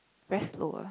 very slow ah